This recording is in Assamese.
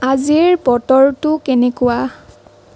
আজিৰ বতৰটো কেনেকুৱা